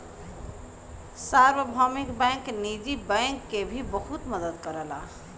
सार्वभौमिक बैंक निजी बैंक के भी बहुत मदद करला